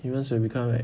humans will become like